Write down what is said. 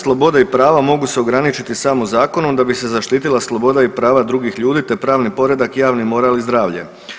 Slobode i prava mogu se ograničiti samo zakonom da bi se zaštitila sloboda i prava drugih ljudi, te pravni poredak javni moral i zdravlje.